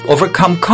Overcome